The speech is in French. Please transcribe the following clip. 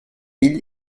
mille